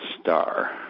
Star